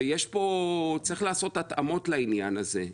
וצריך לעשות התאמות לעניין הזה.